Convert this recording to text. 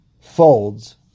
folds